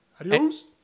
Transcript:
Adios